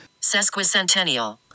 Sesquicentennial